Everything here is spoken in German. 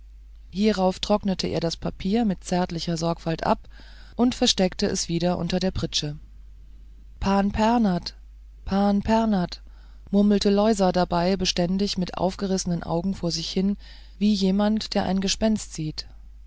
hierauf trocknete er das papier mit zärtlicher sorgfalt ab und versteckte es wieder unter der pritsche pan pernath pan pernath murmelte loisa dabei beständig mit aufgerissenen augen vor sich hin wie jemand der ein gespenst sieht